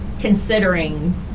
Considering